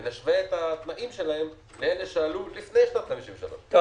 ונשווה את התנאים שלהם לאלה שעלו לפני שנתת 1953 כי